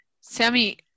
Sammy